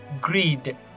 greed